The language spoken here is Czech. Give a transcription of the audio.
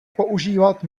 používat